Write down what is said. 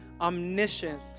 omniscient